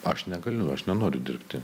aš negaliu aš nenoriu dirbti